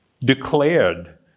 declared